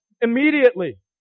immediately